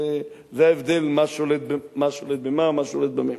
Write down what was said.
זה ההבדל, מה שולט במה, מה שולט במה.